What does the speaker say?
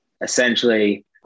essentially